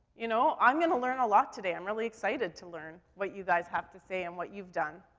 you know, i'm gonna learn a lot today. i'm really excited to learn what you guys have to say and what you've done.